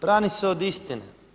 Brani se od istine.